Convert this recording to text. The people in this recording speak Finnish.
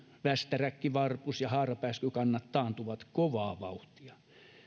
västäräkin varpusen ja haarapääskyn kannat taantuvat kovaa vauhtia